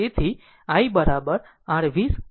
તેથી i r 20 ભાગ્યા r 10000 ampere